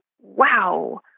wow